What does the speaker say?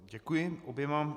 Děkuji oběma.